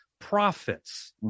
prophets